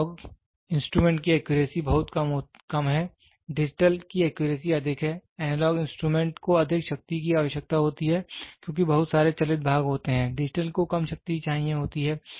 analogue instrument की accuracy बहुत कम है डिजिटल की एक्यूरेसी अधिक है एनालॉग इंस्ट्रूमेंट को अधिक शक्ति की आवश्यकता होती है क्योंकि बहुत सारे चलित भाग होते हैं डिजिटल को कम शक्ति चाहिए होती है